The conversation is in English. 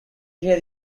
hear